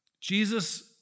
Jesus